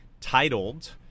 titled